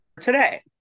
today